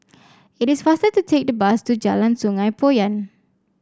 it is faster to take the bus to Jalan Sungei Poyan